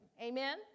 amen